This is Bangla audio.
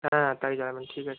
হ্যাঁ তাই জানাবেন ঠিক আছে